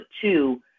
two